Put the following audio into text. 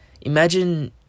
Imagine